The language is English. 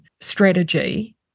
strategy